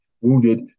wounded